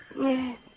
Yes